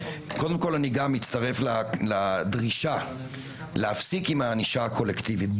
קודם כל אני גם מצטרף לדרישה להפסיק עם הענישה הקולקטיבית,